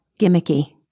Gimmicky